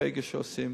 כרגע עושים